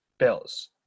bills